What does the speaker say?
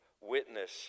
witness